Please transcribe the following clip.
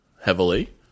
heavily